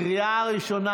קריאה ראשונה.